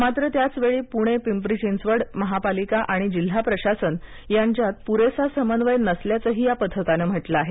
मात्र त्याचवेळी पुणे पिंपरी चिंचवड महापालिका आणि जिल्हा प्रशासन यांच्यात पुरेसा समन्वय नसल्याचंही या पथकानं म्हटलं आहे